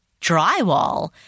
drywall